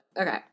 Okay